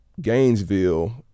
Gainesville